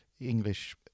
English